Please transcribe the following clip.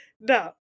now